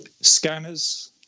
Scanners